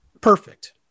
Perfect